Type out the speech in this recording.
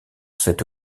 cette